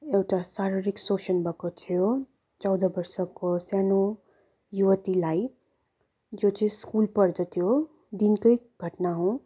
एउटा शारीरिक शोषण भएको थियो चौध वर्षको सानो युवतीलाई जो चाहिँ स्कुल पढ्दथ्यो दिनकै घटना हो